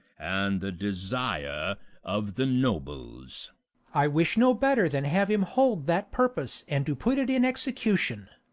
and the desire of the nobles i wish no better than have him hold that purpose, and to put it in execution.